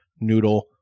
noodle